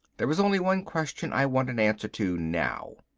there is only one question i want an answer to now.